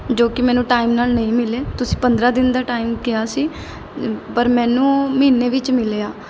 ਜੋ ਕਿ ਮੈਨੂੰ ਟਾਈਮ ਨਾਲ ਨਹੀਂ ਮਿਲੇ ਤੁਸੀਂ ਪੰਦਰਾਂ ਦਿਨ ਦਾ ਟਾਈਮ ਕਿਹਾ ਸੀ ਪਰ ਮੈਨੂੰ ਮਹੀਨੇ ਵਿੱਚ ਮਿਲਿਆ